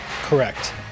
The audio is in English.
Correct